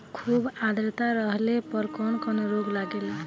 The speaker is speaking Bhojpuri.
खुब आद्रता रहले पर कौन कौन रोग लागेला?